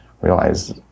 realize